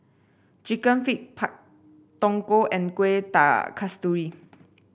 chicken feet Pak Thong Ko and Kueh Kasturi